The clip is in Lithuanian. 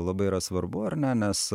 labai yra svarbu ar ne nes